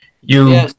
You-